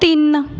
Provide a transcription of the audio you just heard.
ਤਿੰਨ